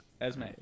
Esme